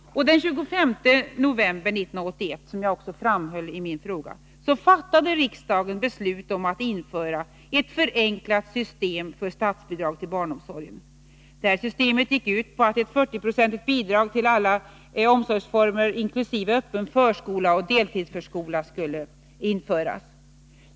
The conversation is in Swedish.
Den 25 november 1981 fattade riksdagen, som jag också framhöll i min fråga, beslut om att införa ett förenklat system för statsbidrag till barnomsorgen. Systemet gick ut på att ett 40-procentigt bidrag till alla omsorgsformer, inkl. öppen förskola och deltidsförskola, skulle införas.